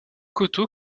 coteaux